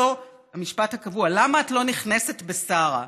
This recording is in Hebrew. המשפט הקבוע: למה את לא נכנסת בשרה?